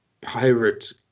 pirate